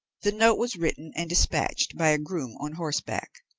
the note was written and dispatched by a groom on horseback,